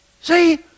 See